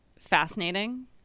fascinating